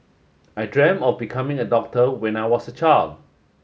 I dream of becoming a doctor when I was a child